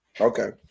Okay